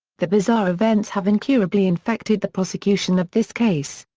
the bizarre events have incurably infected the prosecution of this case.